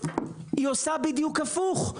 היא עושה בדיוק הפוך.